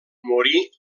morí